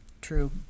true